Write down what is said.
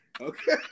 Okay